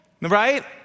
right